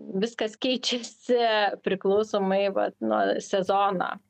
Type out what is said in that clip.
viskas keičiasi priklausomai vat nuo sezono